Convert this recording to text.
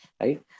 Right